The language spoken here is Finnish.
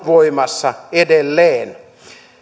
voimassa edelleen